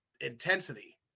intensity